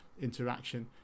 interaction